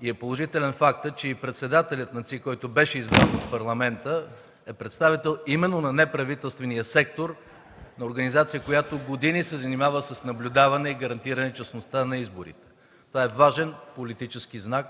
И е положителен фактът, че и председателят на ЦИК, който беше избран от Парламента е представител именно на неправителствения сектор, на организация, която години се занимава с наблюдаване и гарантиране честността на изборите. Това е важен политически знак